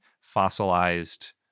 fossilized